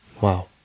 Wow